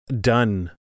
done